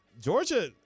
georgia